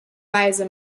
weise